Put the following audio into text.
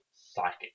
psychic